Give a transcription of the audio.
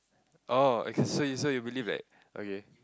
oh I can say so you believe like okay